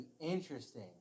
interesting